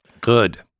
Good